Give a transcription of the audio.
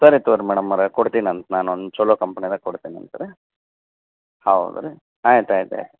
ಸರಿ ತಗೊಳ್ರಿ ಮೇಡಮ್ಮವ್ರೆ ಕೊಡ್ತಿನಂತೆ ನಾನೊಂದು ಚಲೋ ಕಂಪ್ನಿದೆ ಕೊಡ್ತಿನಂತೆ ರೀ ಹೌದು ರೀ ಆಯ್ತು ಆಯ್ತು ಆಯ್ತು